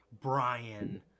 Brian